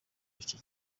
iki